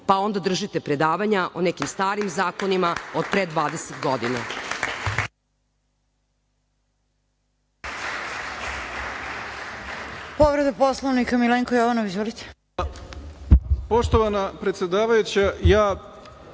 pa onda držite predavanja o nekim starim zakonima od pre 20 godina.